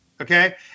okay